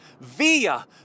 via